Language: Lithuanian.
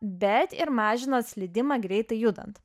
bet ir mažino slydimą greitai judant